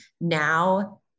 now